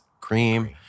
Cream